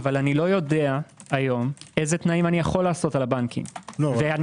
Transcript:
אבל אני לא יודע היום אילו תנאים אני יכול לעשות על הבנקים ולא